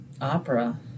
opera